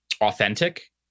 authentic